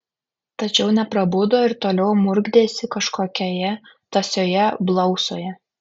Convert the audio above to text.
tačiau neprabudo ir toliau murkdėsi kažkokioje tąsioje blausoje